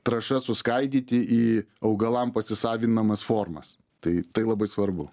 trąšas suskaidyti į augalam pasisavinamas formas tai tai labai svarbu